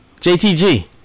JTG